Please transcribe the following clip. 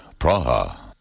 Praha